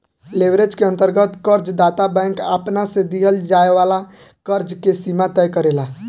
leverage के अंतर्गत कर्ज दाता बैंक आपना से दीहल जाए वाला कर्ज के सीमा तय करेला